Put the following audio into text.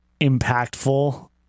impactful